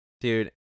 Dude